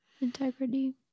Integrity